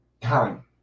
time